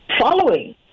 following